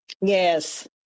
yes